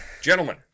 Gentlemen